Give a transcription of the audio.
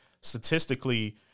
statistically